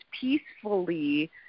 peacefully